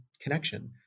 connection